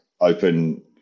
open